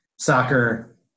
Soccer